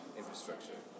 infrastructure